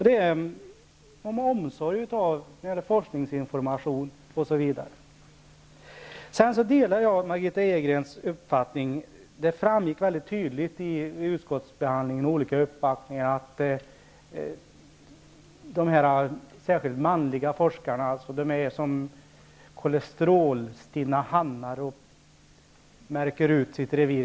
Det gör vi av omsorg om forkningsinformation osv. Jag delar Margitta Edgrens uppfattning i fråga om revirtänkande. Det framgick väldigt tydligt vid utskottsbehandlingen att särskilt manliga forskare, dessa kolesterolstinna hanar, märker ut sitt revir.